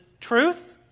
truth